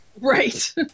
Right